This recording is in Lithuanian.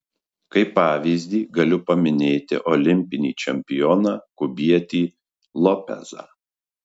kaip pavyzdį galiu paminėti olimpinį čempioną kubietį lopezą